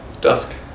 dusk